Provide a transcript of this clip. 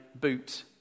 boot